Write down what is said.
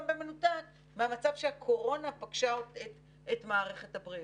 במנותק מהמצב שהקורונה פגשה את מערכת הבריאות.